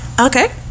Okay